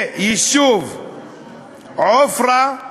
ליישוב עופרה,